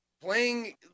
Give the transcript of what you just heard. playing